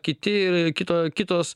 kiti kito kitos